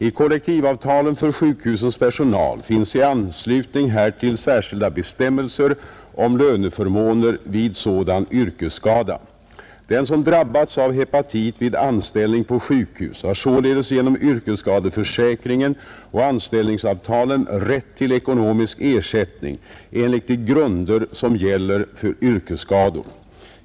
I kollektivavtalen för sjukhusens personal finns i anslutning härtill särskilda bestämmelser om löneförmåner vid sådan yrkesskada. Den som drabbats av hepatit vid anställning på sjukhus har således genom yrkesskadeförsäkringen och anställningsavtalen rätt till ekonomisk ersättning enligt de grunder som gäller för yrkesskador.